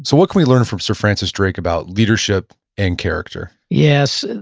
so what can we learn from sir francis drake about leadership and character yes,